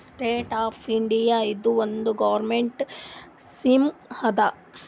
stand up India ಇದು ಒಂದ್ government scheme ಅದಾ